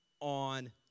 on